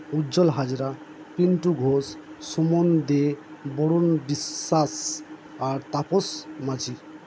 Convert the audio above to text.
উজ্জ্বল হাজরা পিন্টু ঘোষ সুমন দে বরুণ বিশ্বাস আর তাপস মাঝি